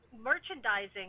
merchandising